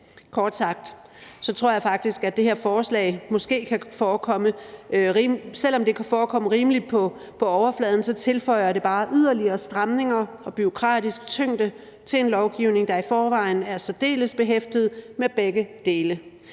Kort sagt tror jeg faktisk, at det her forslag, selv om det kan forekomme rimeligt på overfladen, så bare tilføjer yderligere stramninger og bureaukratisk tyngde til en lovgivning, der i forvejen er særdeles behæftet med begge dele.